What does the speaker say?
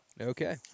Okay